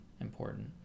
important